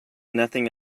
nothing